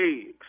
eggs